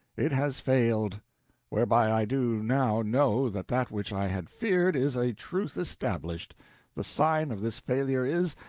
it has failed whereby i do now know that that which i had feared is a truth established the sign of this failure is,